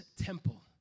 temple